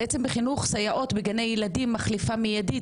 בעצם, בחינוך, סייעות בגני ילדים מחליפה מידית.